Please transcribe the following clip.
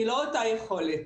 היא לא אותה יכולת,